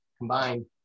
combined